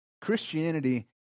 Christianity